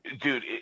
dude